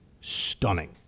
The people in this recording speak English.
stunning